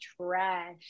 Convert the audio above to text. trash